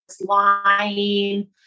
lying